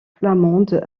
flamande